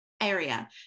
area